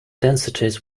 densities